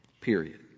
Period